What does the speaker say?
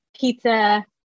pizza